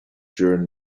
during